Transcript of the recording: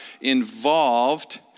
involved